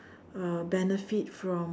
uh benefit from